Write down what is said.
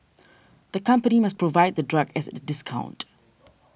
the company must provide the drug as a discount